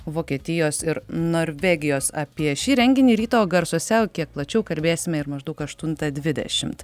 vokietijos ir norvegijos apie šį renginį ryto garsuose kiek plačiau kalbėsime ir maždaug aštuntą dvidešim